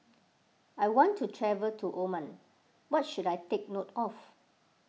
I want to travel to Oman what should I take note of